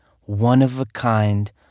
one-of-a-kind